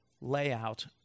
layout